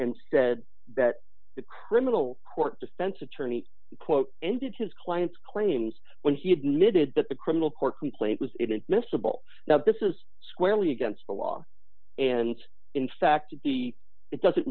and said that the criminal court defense attorney quote ended his client's claims when he admitted that the criminal court complaint was inadmissible now this is squarely against the law and in fact the it doesn't